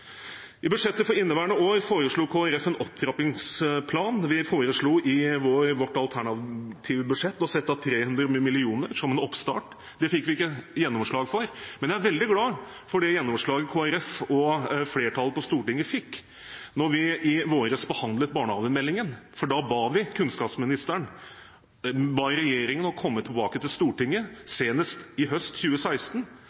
I budsjettet for inneværende år foreslo Kristelig Folkeparti en opptrappingsplan. Vi foreslo i vårt alternative budsjett å sette av 300 mill. kr som en oppstart. Det fikk vi ikke gjennomslag for, men jeg er veldig glad for det gjennomslaget Kristelig Folkeparti og flertallet på Stortinget fikk da vi i vår behandlet barnehagemeldingen. Da ba vi regjeringen komme tilbake til Stortinget